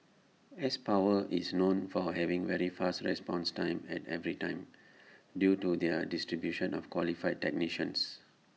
S power is known for having very fast response times at every time due to their distribution of qualified technicians